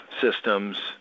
systems